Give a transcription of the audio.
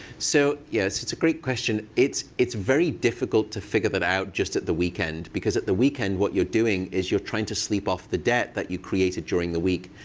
so yes, it's a great question. it's it's very difficult to figure that out just at the weekend because at the weekend, what you're doing is you're trying to sleep off the debt that you created during the week.